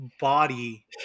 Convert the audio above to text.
body